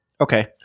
okay